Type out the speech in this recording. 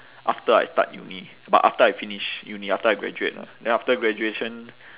after I start uni but after I finish uni after I graduate lah then after graduation